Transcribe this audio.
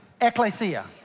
Ecclesia